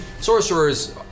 sorcerers